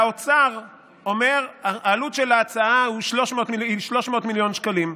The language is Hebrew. והאוצר אומר: העלות של ההצעה היא 300 מיליון שקלים,